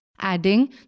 adding